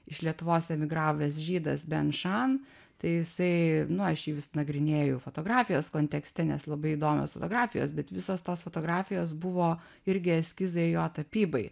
iš lietuvos emigravęs žydas ben šan tai jisai nu aš jį vis nagrinėju fotografijos kontekste nes labai įdomios fotografijos bet visos tos fotografijos buvo irgi eskizai jo tapybai